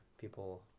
people